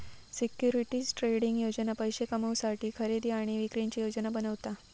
securities trading योजना पैशे कमवुसाठी खरेदी आणि विक्रीची योजना बनवता